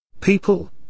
People